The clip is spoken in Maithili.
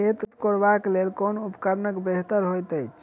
खेत कोरबाक लेल केँ उपकरण बेहतर होइत अछि?